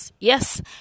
Yes